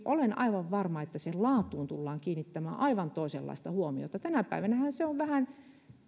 olen aivan varma että tämän jälkeen sen laatuun tullaan kiinnittämään aivan toisenlaista huomiota tänä päivänähän se on vähän niin